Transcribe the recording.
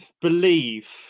believe